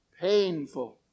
painful